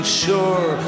sure